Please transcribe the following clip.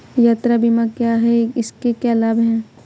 यात्रा बीमा क्या है इसके क्या लाभ हैं?